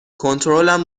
کنترلم